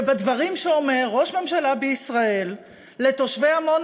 ובדברים שאומר ראש ממשלה בישראל לתושבי עמונה,